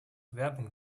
werbung